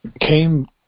came